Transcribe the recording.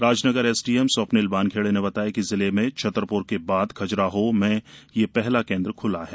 Rajnagar SDM Swapnil Wankhede ने बताया है की जिले में छतरप्र के बाद खज्राहो मैं यह पहला केंद्र ख्ला गया है